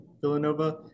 Villanova